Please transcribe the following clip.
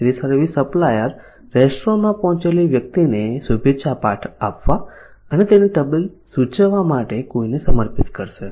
તેથી service supplier રેસ્ટોરન્ટમાં પહોંચેલી વ્યક્તિને શુભેચ્છા આપવા અને તેને ટેબલ સૂચવવા માટે કોઈને સમર્પિત કરશે